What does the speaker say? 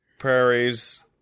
prairies